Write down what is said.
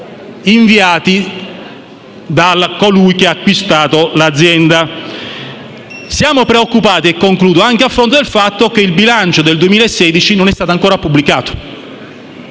Siamo preoccupati - e concludo - anche a fronte del fatto che il bilancio del 2016 non è stato ancora pubblicato,